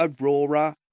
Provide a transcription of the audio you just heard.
Aurora